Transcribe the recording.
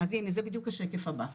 אז הנה, זה בדיוק השקף הבא.